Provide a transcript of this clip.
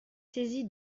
saisi